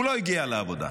הוא לא הגיע לעבודה.